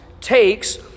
takes